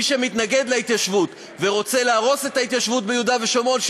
מי שמתנגד להתיישבות ורוצה להרוס את ההתיישבות ביהודה ושומרון,